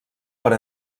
per